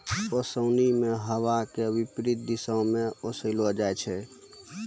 ओसोनि मे हवा के विपरीत दिशा म ओसैलो जाय छै